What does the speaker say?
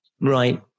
Right